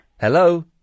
Hello